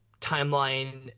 timeline